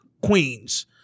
Queens